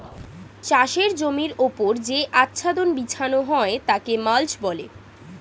চাষের জমির ওপর যে আচ্ছাদন বিছানো হয় তাকে মাল্চ বলে